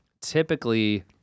typically